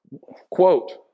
Quote